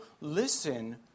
listen